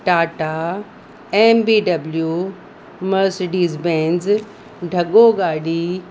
Tata M B W Mercedes Benz ढॻो गाॾी